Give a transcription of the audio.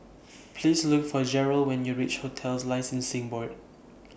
Please Look For Jerrell when YOU REACH hotels Licensing Board